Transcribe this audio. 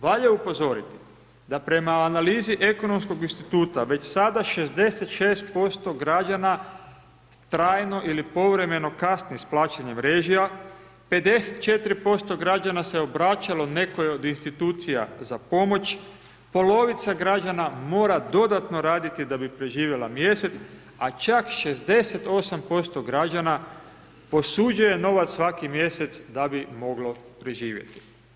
Valja upozoriti da prema analizi Ekonomskog instituta već sada 66% građana trajno ili povremeno kasni s plaćanjem režija, 54% građana se obraćala nekoj od Institucija za pomoć, polovica građana mora dodatno raditi da bi preživjela mjesec, a čak 68% građana posuđuje novac svaki mjesec da bi moglo preživjeti.